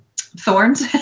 thorns